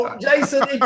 Jason